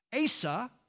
Asa